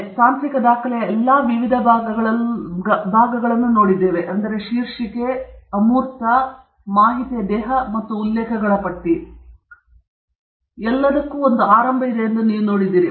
ನಾವು ತಾಂತ್ರಿಕ ದಾಖಲೆಯ ಎಲ್ಲಾ ವಿವಿಧ ಭಾಗಗಳಲ್ಲೂ ನಡೆದುಕೊಂಡು ಹೋಗಿದ್ದೇವೆ ಮತ್ತು ಒಂದು ಆರಂಭವು ಇದೆ ಎಂದು ನೀವು ನೋಡಿದ್ದೀರಿ ಮಧ್ಯ ಇದೆ ಮತ್ತು ಅಂತ್ಯಗೊಳ್ಳುತ್ತದೆ ಮತ್ತು ಈ ಪ್ರತಿಯೊಂದು ಅಂಶಗಳಲ್ಲೂ ಹೊರಗಿರುವ ಕೆಲವು ವಿಷಯಗಳಿವೆ